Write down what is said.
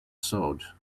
sewed